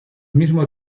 mismo